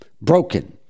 broken